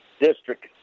district